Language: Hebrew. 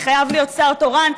כי חייב להיות שר תורן.